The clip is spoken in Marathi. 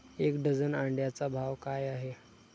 एक डझन अंड्यांचा भाव काय आहे?